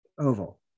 oval